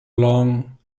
long